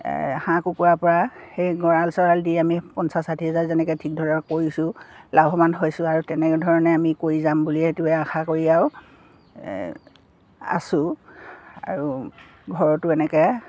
হাঁহ কুকুৰা পৰা সেই গঁৰাল চঁৰাল দি আমি পঞ্চাছ ষাঠি হাজাৰ যেনেকৈ ঠিক ধৰক কৰিছোঁ লাভৱান হৈছোঁ আৰু তেনেকৈ ধৰণে আমি কৰি যাম বুলিয়ে এইটোৱে আশা কৰি আৰু আছোঁ আৰু ঘৰতো এনেকৈ